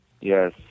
Yes